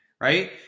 right